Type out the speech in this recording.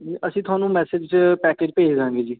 ਅਸੀਂ ਤੁਹਾਨੂੰ ਮੈਸੇਜ 'ਚ ਪੈਕੇਜ ਭੇਜ ਦਾਂਗੇ ਜੀ